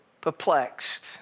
perplexed